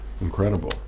Incredible